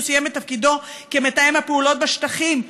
סיים את תפקידו כמתאם הפעולות בשטחים.